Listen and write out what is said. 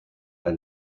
and